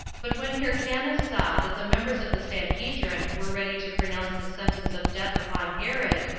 but when hyrcanus saw that the members of the sanhedrim were ready to pronounce the sentence of death upon herod,